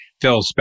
Phil